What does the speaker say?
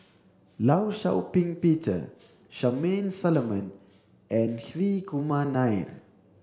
Law Shau Ping Peter Charmaine Solomon and Hri Kumar Nair